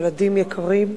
ילדים יקרים,